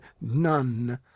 none